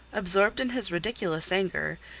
absorbed in his ridiculous anger,